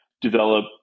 develop